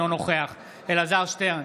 אינו נוכח אלעזר שטרן,